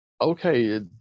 okay